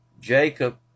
Jacob